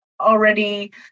already